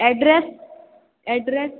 address address